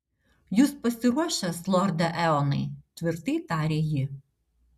jūs pasiruošęs lorde eonai tvirtai tarė ji